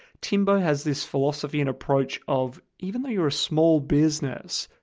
timbo has this philosophy and approach of even though you're a small business,